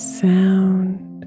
sound